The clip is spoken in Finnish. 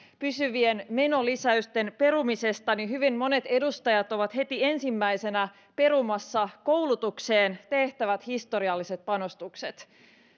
pysyvien menolisäysten perumisesta niin hyvin monet edustajat ovat heti ensimmäisenä perumassa koulutukseen tehtävät historialliset panostukset